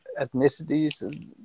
ethnicities